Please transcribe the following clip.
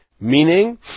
Meaning